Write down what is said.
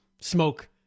smoke